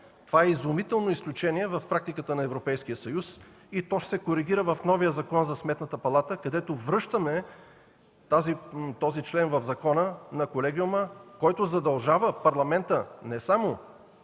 Това е изумително изключение в практиката на Европейския съюз и то ще се коригира в новия Закон за Сметната палата, където връщаме този член в закона – за колегиума, който задължава Парламента не само